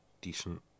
decent